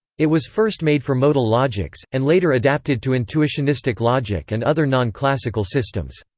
it was first made for modal logics, and later adapted to intuitionistic logic and other non-classical systems.